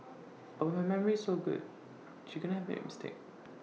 but her memory is so good she couldn't have made mistake